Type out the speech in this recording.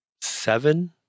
seven